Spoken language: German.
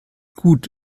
gut